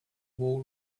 wall